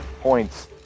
points